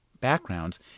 backgrounds